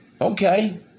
okay